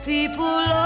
People